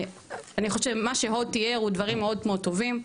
אני חושבת שמה שהוד תיאר הם דברים מאוד מאוד טובים.